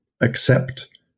accept